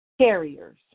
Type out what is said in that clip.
carriers